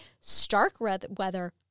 Starkweather